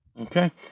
Okay